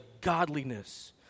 godliness